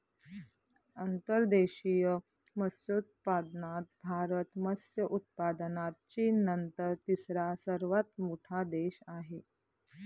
अंतर्देशीय मत्स्योत्पादनात भारत मत्स्य उत्पादनात चीननंतर तिसरा सर्वात मोठा देश आहे